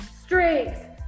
strength